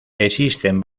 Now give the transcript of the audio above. existen